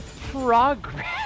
progress